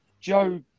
Joe